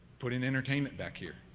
putting entertainment back lear.